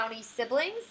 Siblings